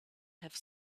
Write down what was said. have